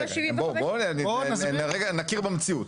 רגע, בואו, נכיר במציאות.